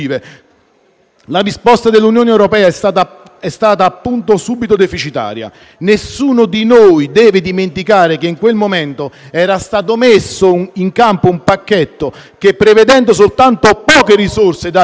la risposta dell'Unione europea è stata subito deficitaria. Nessuno di noi deve dimenticare che in quel momento era stato messo in campo un pacchetto che, prevedendo poche risorse date in prestito